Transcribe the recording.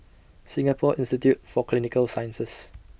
Singapore Institute For Clinical Sciences